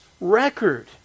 record